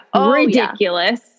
ridiculous